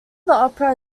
opera